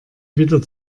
wieder